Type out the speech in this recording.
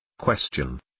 Question